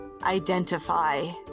Identify